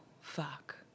fuck